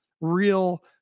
real